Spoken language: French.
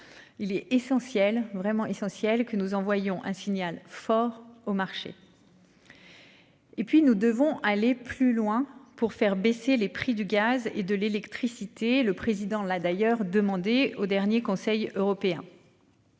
Il est essentiel vraiment essentiel que nous envoyons un signal fort au marché.-- Et puis nous devons aller plus loin pour faire baisser les prix du gaz et de l'électricité, le président l'a d'ailleurs demandé au dernier conseil européen.--